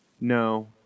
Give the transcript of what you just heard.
No